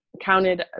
counted